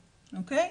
אוקיי?